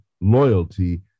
loyalty